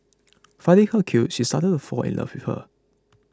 finding her cute she started to fall in love with her